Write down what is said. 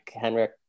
Henrik